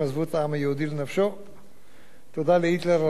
"תודה להיטלר על השואה הנהדרת שסידרת לנו"